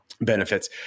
Benefits